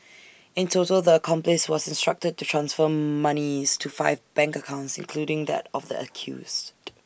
in total the accomplice was instructed to transfer monies to five bank accounts including that of the accused